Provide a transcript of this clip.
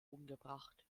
umgebracht